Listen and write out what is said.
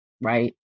right